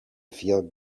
feel